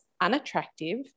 unattractive